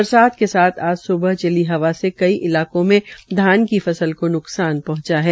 बरसात के साथ आज सुबह चली हवा से कई इलाकों में धान की फसल को न्कसान पहंचा है